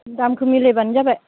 दामखौ मिलायबानो जाबाय